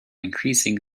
increasing